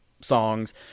songs